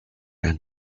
and